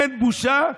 אין בושה?